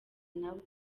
n’abo